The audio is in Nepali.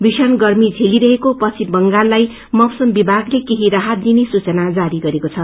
भीषण गर्मी झेलिरहेको पश्चिम बांगललाई मौसम विभागले केही राहत दिने सूचना जारी गरेको छ